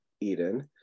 eden